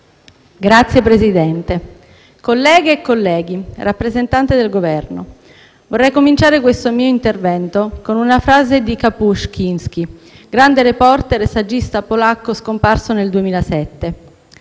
Signor Presidente, colleghe e colleghi, rappresentanti del Governo, vorrei cominciare questo mio intervento con una frase di *Kapuscinski**,* grande *reporter* e saggista polacco scomparso nel 2007: